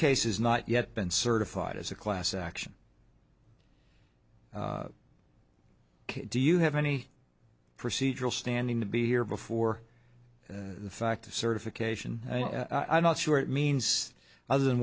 case is not yet been certified as a class action do you have any procedural standing to be here before the fact of certification i'm not sure it means other than